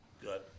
Good